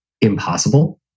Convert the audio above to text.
impossible